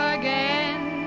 again